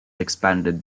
expanded